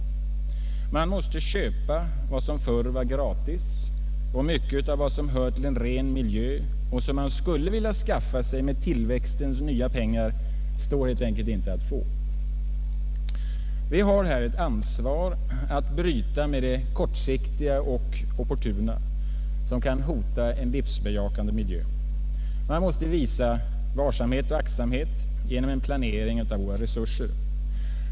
Man måste köpa vad som förr var gratis, och mycket av vad som hör till en ren miljö och som man skulle vilja skaffa sig med tillväxtens nya pengar står helt enkelt inte att få. Vi har här ett ansvar att bryta med det kortsiktiga och opportuna som kan hota en livsbejakande miljö. Man måste visa varsamhet och aktsamhet genom en planering av våra resurser.